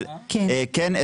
כן,